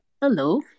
Hello